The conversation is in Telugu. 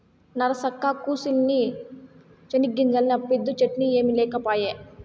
నరసక్కా, కూసిన్ని చెనిగ్గింజలు అప్పిద్దూ, చట్నీ ఏమి లేకపాయే